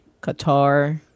Qatar